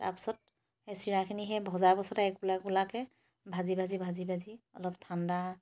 তাৰপিছত সেই চিৰাখিনি সেই ভজাৰ পিছতে একোলা একোলাকৈ ভাজি ভাজি ভাজি ভাজি অলপ ঠাণ্ডা